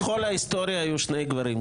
בכל ההיסטוריה היו שני גברים,